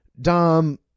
dom